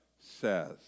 says